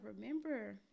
remember